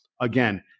again